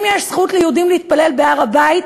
אם יש זכות ליהודים להתפלל בהר-הבית,